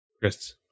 Chris